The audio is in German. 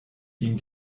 ihm